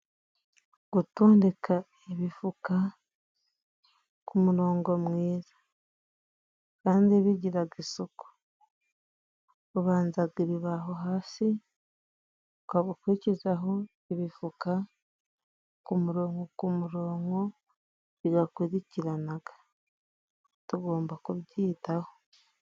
Gutondeka ibifuka ku murongo mwiza kandi bigiraga isuku, ubanzaga ibibaho hasi, ukaba ukurikizaho ibifuka ku murongo, ku murongo bigakurikiranaga, tugomba kubyitaho.